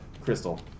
Crystal